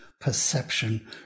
perception